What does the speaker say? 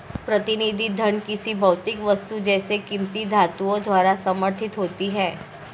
प्रतिनिधि धन किसी भौतिक वस्तु जैसे कीमती धातुओं द्वारा समर्थित होती है